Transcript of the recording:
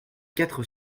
quatre